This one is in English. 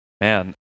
Man